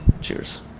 Cheers